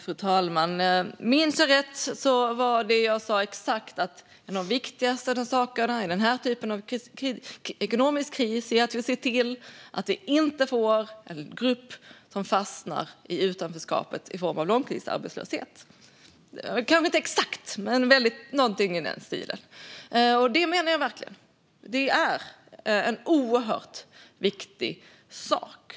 Fru talman! Minns jag rätt var det jag sa att en av de viktigaste sakerna i denna typ av ekonomisk kris är att se till att vi inte får en grupp som fastnar i utanförskapet i form av långtidsarbetslöshet - kanske inte exakt men någonting i den stilen. Och det menar jag verkligen. Det är en oerhört viktig sak.